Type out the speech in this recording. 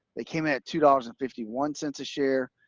they came in at two dollars and fifty one cents a share,